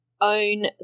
Own